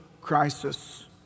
crisis